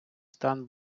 стан